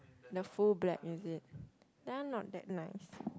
the full black is it that one not that nice